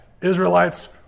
Israelites